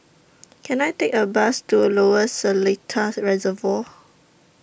Can I Take A Bus to Lower Seletar Reservoir